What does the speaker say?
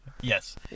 yes